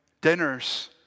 dinners